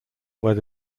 where